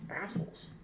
assholes